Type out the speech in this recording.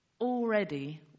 already